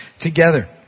together